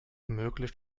möglich